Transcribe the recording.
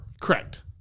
Correct